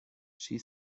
she